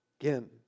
Again